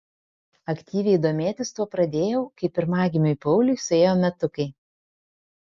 aktyviai domėtis tuo pradėjau kai pirmagimiui pauliui suėjo metukai